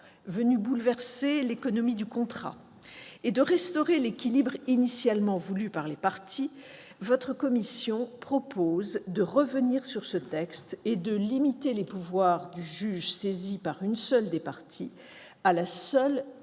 venu bouleverser l'économie du contrat et de restaurer l'équilibre initialement voulu par les parties, votre commission propose de revenir sur ce texte et de limiter les pouvoirs du juge saisi par une seule des parties à la seule résolution